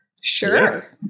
Sure